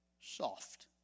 soft